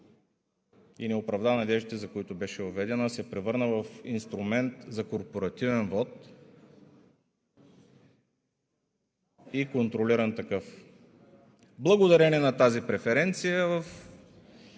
и не оправда надеждите, за които беше въведена, а се превърна в инструмент за корпоративен вот и контролиран такъв. Благодарение на тази преференция